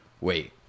wait